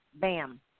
Bam